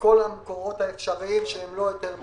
מכל המקורות האפשריים שהם לא היתר מכירה.